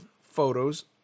photos